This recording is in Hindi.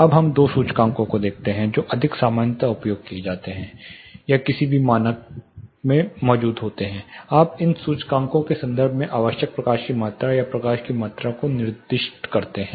IFω अब हम दो सूचकांकों को देखते हैं जो अधिक सामान्यतः उपयोग किए जाते हैं या किसी भी मानक हैं आप इन सूचकांकों के संदर्भ में आवश्यक प्रकाश की मात्रा या प्रकाश की मात्रा को निर्दिष्ट करते हैं